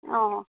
অঁ